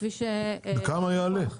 בכמה יעלה?